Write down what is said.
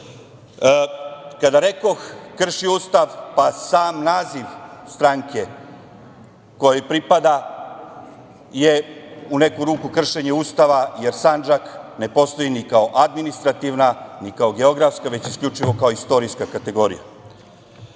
rekoh – krši Ustav, pa sam naziv stranke kojoj pripada je u neku ruku kršenje Ustava, jer Sandžak ne postoji ni kao administrativna, ni kao geografska, već isključivo kao istorijska kategorija.